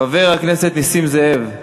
חבר הכנסת נסים זאב,